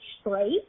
straight